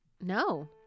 No